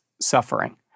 suffering